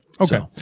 Okay